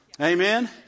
Amen